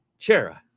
Chera